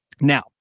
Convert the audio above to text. Now